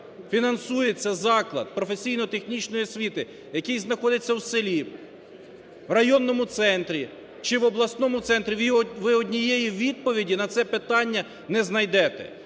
фінансується заклад професійно-технічної освіти, який знаходиться в селі, в районному центрі чи в обласному центрі? Ви однієї відповіді на це питання не знайдете.